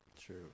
True